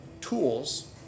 tools